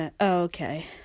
okay